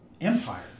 empire